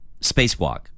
spacewalk